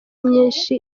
nyinshi